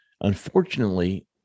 Unfortunately